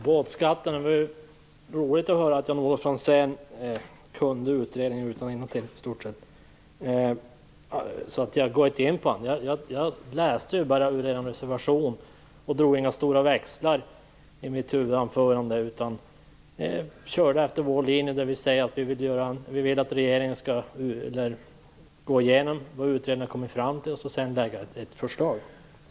Herr talman! När det gäller båtskatten var det roligt att höra att Jan-Olof Franzén kunde utredningen i stort sett utan och innantill. Jag går därför inte in på det. Jag läste ju bara ur er reservation och drog inga stora växlar på det i mitt huvudanförande. Jag körde efter vår linje, dvs. att vi vill att regeringen skall gå igenom vad utredningen kommit fram till och sedan lägga fram ett förslag.